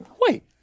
wait